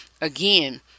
again